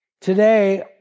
Today